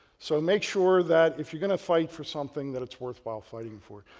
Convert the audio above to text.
so make sure that if you're going to fight for something that it's worth while fighting for,